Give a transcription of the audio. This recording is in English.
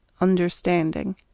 Understanding